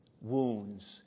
wounds